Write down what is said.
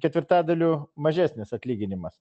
ketvirtadaliu mažesnis atlyginimas